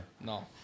No